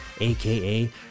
aka